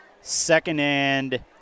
Second-and